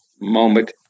Moment